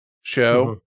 show